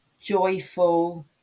joyful